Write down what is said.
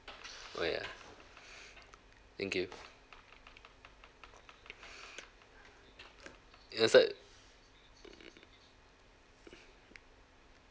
why ah thank you you wanna start